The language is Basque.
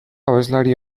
abeslari